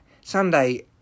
Sunday